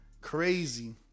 Crazy